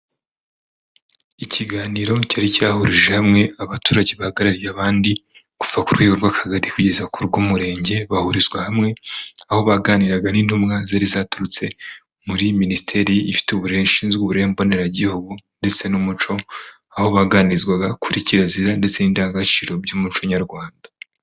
Ikiganiro cyari cyahurije hamwe abaturage bahagarariye abandi, kuva ku rwego rw'akagari kugeza ku rwego rw'umurenge, bahurizwa hamwe aho baganiraga n'intumwa zari zaturutse muri minisiteri ifite uburere ishinzwe uburere mboneragihugu ndetse n'umuco aho baganirizwaga kuri kirazira ndetse n'indangagaciro by'umuco nyarwanda.